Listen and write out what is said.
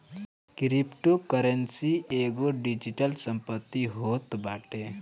cryptocurrency एगो digital संपत्ति होत बाटे